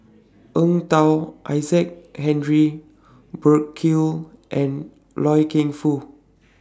Eng Tow Isaac Henry Burkill and Loy Keng Foo